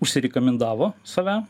užsirikomendavo save